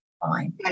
fine